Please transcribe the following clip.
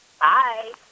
Bye